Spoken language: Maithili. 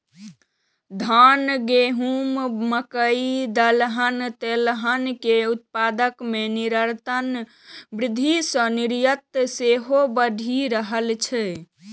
धान, गहूम, मकइ, दलहन, तेलहन के उत्पादन मे निरंतर वृद्धि सं निर्यात सेहो बढ़ि रहल छै